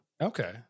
Okay